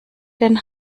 den